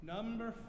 Number